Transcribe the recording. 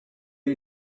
you